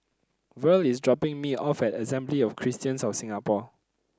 Verl is dropping me off at Assembly of Christians of Singapore